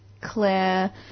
Claire